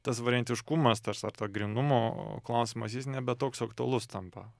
tas variantiškumas tars ar ta grynumo klausimas jis nebe toks aktualus tampa